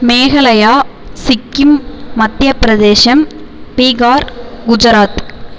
Meghalaya Sikkim Madhya Pradesh Bihar Gujarat